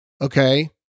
Okay